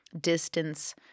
distance